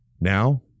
Now